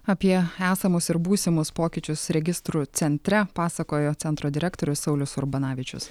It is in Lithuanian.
apie esamus ir būsimus pokyčius registrų centre pasakojo centro direktorius saulius urbanavičius